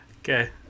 okay